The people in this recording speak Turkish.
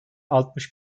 altmış